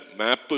map